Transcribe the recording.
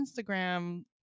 Instagram